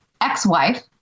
ex-wife